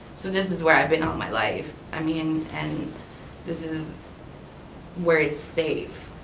so this is where i been all my life. i mean and this is where it's safe,